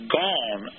gone